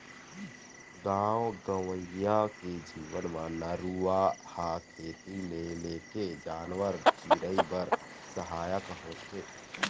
गाँव गंवई के जीवन म नरूवा ह खेती ले लेके जानवर, चिरई बर सहायक होथे